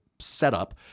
Setup